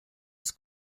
ist